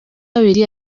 abiri